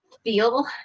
feel